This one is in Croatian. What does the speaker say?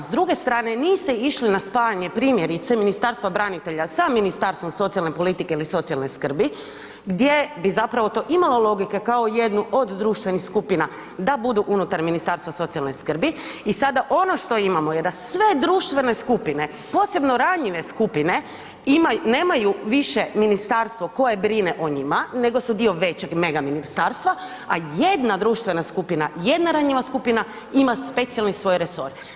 S druge strane niste išli na spajanje primjerice Ministarstva branitelja sa ministarstvom socijalne politike ili socijalne skrbi gdje bi zapravo to imalo logike kao jednu od društvenih skupina da budu unutar Ministarstva socijalne skrbi i sada ono što imamo jer da sve društvene skupine posebno ranjive skupine, nemaju više ministarstvo koje brine o njima nego su dio većeg mega ministarstva a jedna društvena skupina, jedna ranjiva skupina, ima specijalni svoj resor.